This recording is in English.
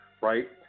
right